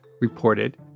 reported